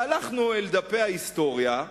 הלכנו אל דפי ההיסטוריה,